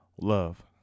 Love